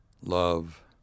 love